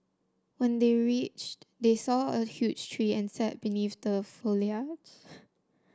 when they reached they saw a huge tree and sat beneath the foliage